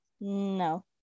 No